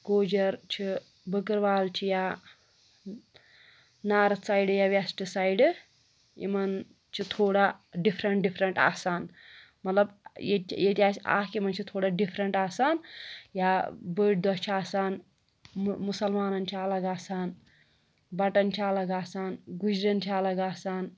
گوجَر چھِ بٔکٕروال چھِ یا نارٕتھ سایڈٕ یا وٮ۪سٹہٕ سایڈٕ یِمَن چھِ تھوڑا ڈِفرَنٛٹ ڈِفرَنٛٹ آسان مطلب ییٚتہِ چھِ ییٚتہِ آسہِ اَکھ یِمَن چھِ تھوڑا ڈِفرَنٛٹ آسان یا بٔڑۍ دۄہ چھِ آسان مُسَلمانَن چھِ الگ آسان بَٹَن چھِ الگ آسان گُجرٛین چھِ الگ آسان